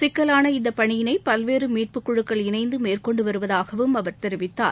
சிக்கலான இந்தப் பணியினை பல்வேறு மீட்புக் குழுக்கள் இணைந்து மேற்கொண்டு வருவதாகவும் அவர் தெரிவித்தார்